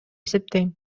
эсептейм